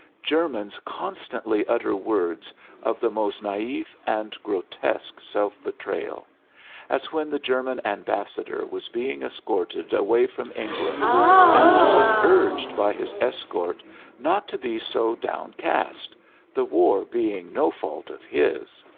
germans constantly utter words of the most naif and grotesque self-betrayal as when the german ambassador was being escorted away from england and was urged by his escort not to be so downcast the war being no fault of his.